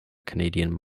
canadian